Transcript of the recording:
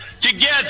together